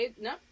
No